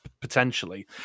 potentially